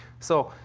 so,